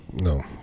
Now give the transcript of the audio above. No